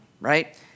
right